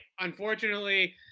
Unfortunately